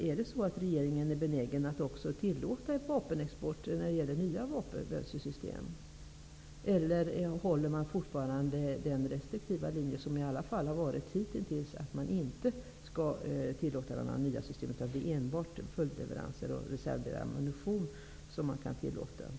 Är regeringen benägen att också tillåta en vapenexport när det gäller nya vapensystem, eller håller man fortfarande den restriktiva linje som man gjort hittills att inte tillåta export av några nya system utan enbart följdleveranser av reservdelar och ammunition?